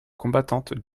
combattantes